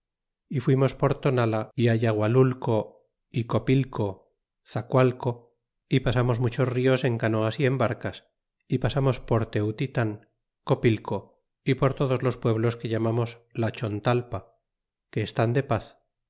é fuimos por tonala é ayagualulco é copilco zacualco y pasamos muchos nos en canoas y en barcas y pasamos por teutitan copilco y por todos los pueblos que llamamos la chontalpa que estaban de paz